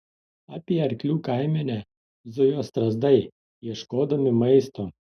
apie arklių kaimenę zujo strazdai ieškodami maisto